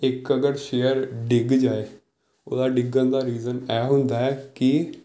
ਇੱਕ ਅਗਰ ਸ਼ੇਅਰ ਡਿੱਗ ਜਾਏ ਉਹਦਾ ਡਿੱਗਣ ਦਾ ਰੀਜ਼ਨ ਇਹ ਹੁੰਦਾ ਹੈ ਕਿ